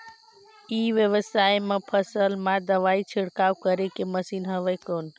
ई व्यवसाय म फसल मा दवाई छिड़काव करे के मशीन हवय कौन?